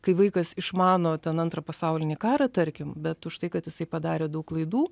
kai vaikas išmano ten antrą pasaulinį karą tarkim bet už tai kad jisai padarė daug klaidų